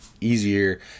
easier